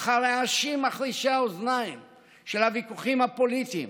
אך הרעשים מחרישי האוזניים של הוויכוחים הפוליטיים